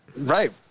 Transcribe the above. right